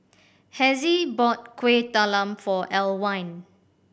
Hezzie bought Kuih Talam for Alwine